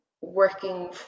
working